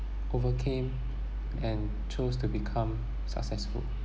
overcame and chose to become successful